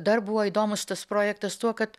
dar buvo įdomus tas projektas tuo kad